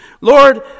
Lord